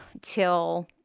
till